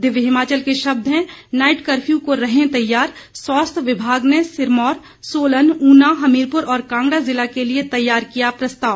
दिव्य हिमाचल के शब्द हैं नाइट कफ्यू को रहें तैयार स्वास्थ्य विभाग ने सिरमौर सोलन ऊना हमीरपुर और कांगड़ा जिला के लिए तैयार किया प्रस्ताव